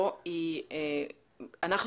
תיכף נשמע את גורמי האכיפה.